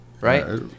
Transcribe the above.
right